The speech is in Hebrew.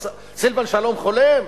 סילבן שלום חולם?